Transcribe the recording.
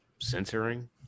Censoring